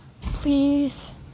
Please